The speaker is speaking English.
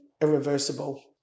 irreversible